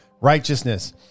righteousness